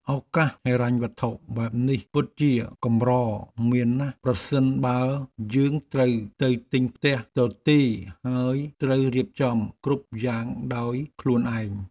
ឱកាសហិរញ្ញវត្ថុបែបនេះពិតជាកម្រមានណាស់ប្រសិនបើយើងត្រូវទៅទិញផ្ទះទទេរហើយត្រូវរៀបចំគ្រប់យ៉ាងដោយខ្លួនឯង។